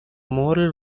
moral